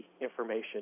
information